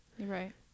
Right